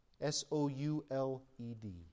S-O-U-L-E-D